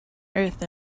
earth